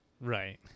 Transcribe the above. right